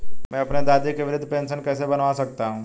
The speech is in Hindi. मैं अपनी दादी की वृद्ध पेंशन कैसे बनवा सकता हूँ?